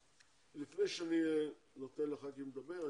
לפני שאני נותן לחברי הכנסת לדבר,